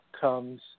comes